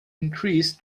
increased